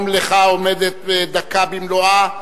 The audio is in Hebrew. גם לך עומדת דקה במלואה,